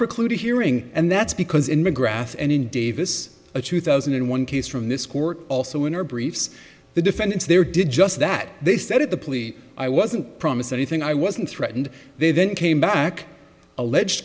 preclude a hearing and that's because in mcgrath and in davis a two thousand and one case from this court also in our briefs the defendants there did just that they said at the plea i wasn't promise anything i wasn't threatened they then came back alleged